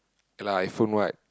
okay lah iPhone what